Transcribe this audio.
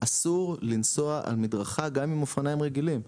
אסור לנסוע על מדרכה גם עם אופניים רגילים,